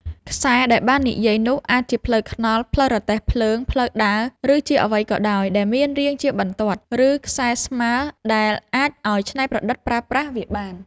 ខ្សែ ដែលបាននិយាយនោះ អាចជាផ្លូវថ្នល់ ផ្លូវរទេះភ្លើង ផ្លូវដើរ ឬជាអ្វីក៏ដោយ ដែលមានរាងជាបន្ទាត់ ឬខ្សែស្មើរ ដែលអាចឱ្យច្នៃប្រឌិតប្រើប្រាស់វាបាន។